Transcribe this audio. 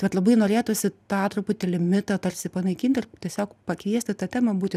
vat labai norėtųsi tą truputį limitą tarsi panaikinti ir tiesiog pakviesti tą temą būti